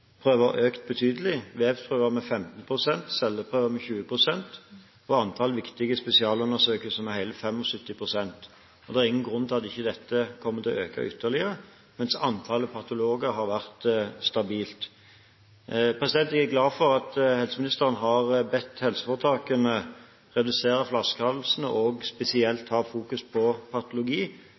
økt betydelig – vevsprøver med 15 pst., celleprøver med 20 pst. og antall viktige spesialundersøkelser med hele 75 pst. Det er ingen grunn til at ikke dette kommer til å øke ytterligere, mens antallet patologer har vært stabilt. Vi er glad for at helseministeren har bedt helseforetakene redusere flaskehalsene og spesielt ha fokus på patologi.